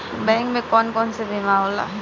Bank में कौन कौन से बीमा होला?